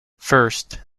first